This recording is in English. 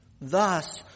Thus